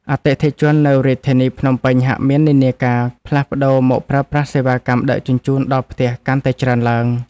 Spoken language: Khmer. អតិថិជននៅរាជធានីភ្នំពេញហាក់មាននិន្នាការផ្លាស់ប្តូរមកប្រើប្រាស់សេវាកម្មដឹកជញ្ជូនដល់ផ្ទះកាន់តែច្រើនឡើង។